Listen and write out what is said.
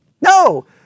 no